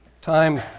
time